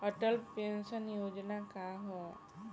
Atal pension योजना का ह?